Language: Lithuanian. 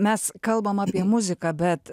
mes kalbam apie muziką bet